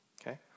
okay